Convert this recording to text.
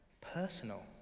personal